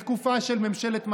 בתקופה של ממשלת מעבר.